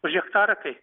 už hektarą kai